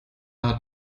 hat